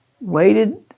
waited